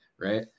Right